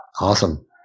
Awesome